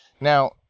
Now